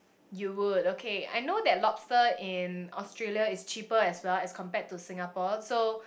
you would okay I know that lobster in Australia is cheaper as well as compared to Singapore so